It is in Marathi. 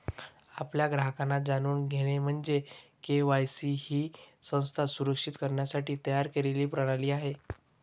आपल्या ग्राहकांना जाणून घेणे म्हणजे के.वाय.सी ही संस्था सुरक्षित करण्यासाठी तयार केलेली प्रणाली आहे